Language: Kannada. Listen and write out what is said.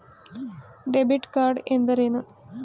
ಡೆಬಿಟ್ ಕಾರ್ಡ್ ಎಂದರೇನು?